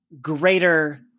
greater